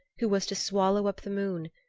who was to swallow up the moon,